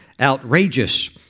outrageous